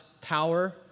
power